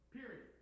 Period